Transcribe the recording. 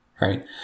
right